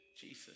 Jesus